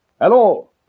Hello